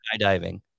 skydiving